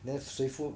then 谁付